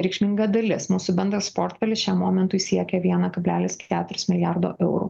reikšminga dalis mūsų bendras portfelis šiam momentui siekia vieną kablelis keturis milijardo eurų